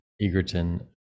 egerton